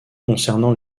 concernant